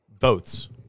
Votes